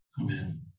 Amen